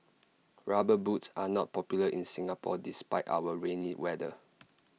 rubber boots are not popular in Singapore despite our rainy weather